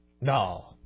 No